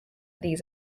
these